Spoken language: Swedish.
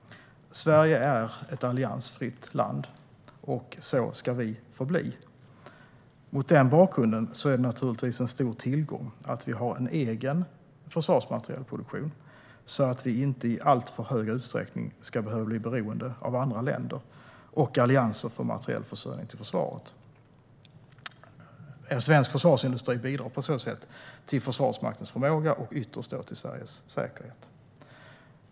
Sverige är ett alliansfritt land, och så ska det förbli. Mot den bakgrunden är det naturligtvis en stor tillgång att vi har en egen försvarsmaterielproduktion, så att vi inte i alltför stor utsträckning ska bli beroende av andra länder och allianser för materiell försörjning till försvaret. Svensk försvarsindustri bidrar på så sätt till Försvarsmaktens förmåga och ytterst till Sveriges säkerhet.